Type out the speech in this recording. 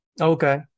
Okay